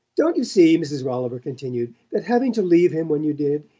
don't you see, mrs. rolliver continued, that having to leave him when you did,